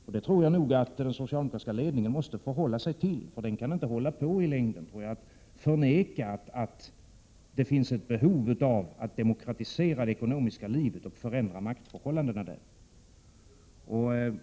Jag tror nog att den socialdemokratiska ledningen måste få hålla sig till det, för den kan inte i längden förneka att det finns ett behov av att demokratisera det ekonomiska livet och förändra maktförhållandena.